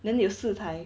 then 有四台